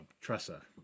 Tressa